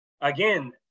again